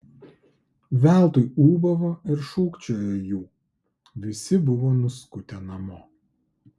veltui ūbavo ir šūkčiojo jų visi buvo nuskutę namo